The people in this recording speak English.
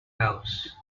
house